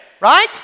right